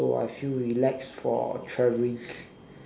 so I feel relaxed for traveling